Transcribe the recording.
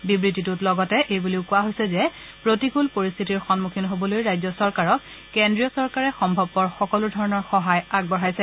বিবৃতিটোত লগতে এইবুলিও কোৱা হৈছে যে প্ৰতিকূল পৰিস্থিতিৰ সন্মুখীন হবলৈ ৰাজ্য চৰকাৰক কেন্দ্ৰীয় চৰকাৰে সম্ভৱপৰ সকলোধৰণৰ সহায় আগবঢ়াইছে